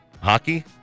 Hockey